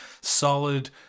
solid